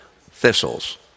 thistles